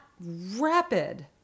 rapid